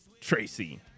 Tracy